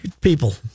people